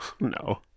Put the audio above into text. No